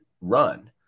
run